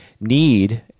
need